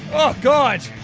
oh, god.